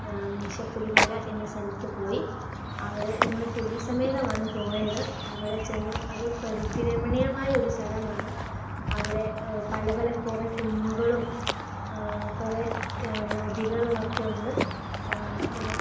മീശപുലി മല എന്ന സ്ഥലത്ത് പോയി അവിടെ ഞങ്ങൾ കുടുംബ സമേതമാണ് പോയത് അവിടെ ചെന്ന് ഒരു പ്രകൃതി രമണീയമായ ഒരു സ്ഥലമാണ് അവിടെ പല പല കുറേ കുന്നുകളും കുറേ നദികളും ഒക്കെയുണ്ട് പിന്നെ